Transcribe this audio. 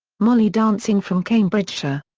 molly dancing from cambridgeshire.